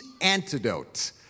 antidote